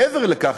מעבר לכך,